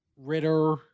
Ritter